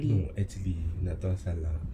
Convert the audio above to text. no lah actually tak tahu salah